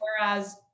whereas